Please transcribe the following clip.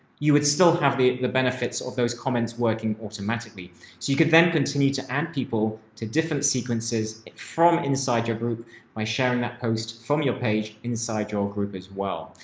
you would still have the the benefits of those comments working automatically so you can then continue to add people to different sequences if from inside your group by sharing that post from your page inside your group as well.